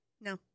No